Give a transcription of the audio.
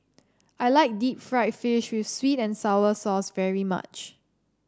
I like Deep Fried Fish with sweet and sour sauce very much